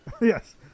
yes